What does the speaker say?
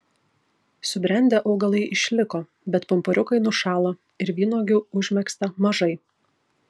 subrendę augalai išliko bet pumpuriukai nušalo ir vynuogių užmegzta mažai